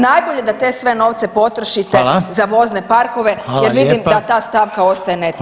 Najbolje da te sve novce potrošite za vozne parkove , jer vidim da ta stavka ostaje nepotpuna.